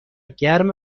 گرم